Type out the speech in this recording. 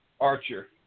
Archer